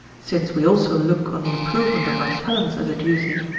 since we also look on the improvement of our talents as a duty,